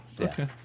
Okay